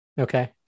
Okay